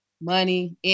money